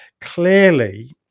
clearly